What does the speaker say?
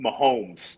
Mahomes